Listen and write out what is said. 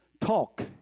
talk